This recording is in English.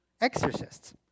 exorcists